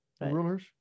rulers